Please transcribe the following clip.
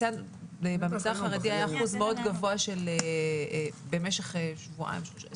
במגזר החרדי היה אחוז מאוד גבוה במשך שבועיים-שלושה.